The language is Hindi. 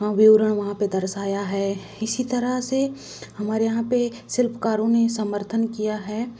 विवरण वहाँ पर दर्शाया है इसी तरह से हमारे यहाँ पर शिल्पकारों ने समर्थन किया है